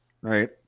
right